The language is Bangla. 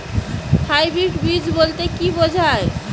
হাইব্রিড বীজ বলতে কী বোঝায়?